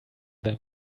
them